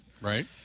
Right